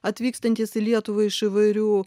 atvykstantys į lietuvą iš įvairių